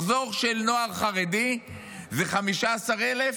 מחזור של נוער חרדי זה 15,000?